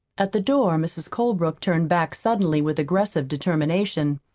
at the door mrs. colebrook turned back suddenly with aggressive determination.